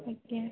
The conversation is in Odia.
ଆଜ୍ଞା